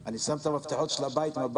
שאם הבית נגיש אני שם את המפתחות של הבית ויוצא.